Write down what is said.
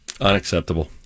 Unacceptable